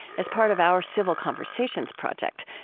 as part of our civil conversations project,